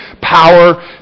power